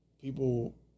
people